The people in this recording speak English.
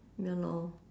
ya lor